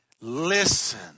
listen